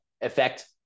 effect